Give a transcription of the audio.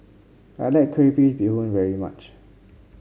I like Crayfish Beehoon very much